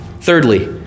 Thirdly